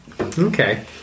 Okay